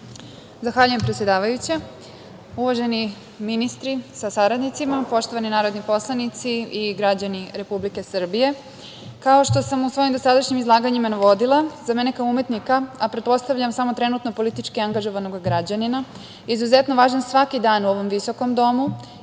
Zahvaljujem, predsedavajuća. Uvaženi ministri sa saradnicima, poštovani narodni poslanici i građani Republike Srbije, kao što sam u svojim dosadašnjim izlaganjima navodila, za mene kao umetnika, a pretpostavljam samo trenutno politički angažovanog građanina, izuzetno je važan svaki dan u ovom visokom domu i svaka